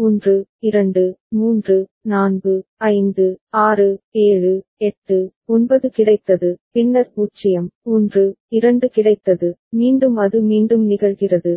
0 1 2 3 4 5 6 7 8 9 கிடைத்தது பின்னர் 0 1 2 கிடைத்தது மீண்டும் அது மீண்டும் நிகழ்கிறது